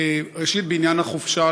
ראשית בעניין החופשה,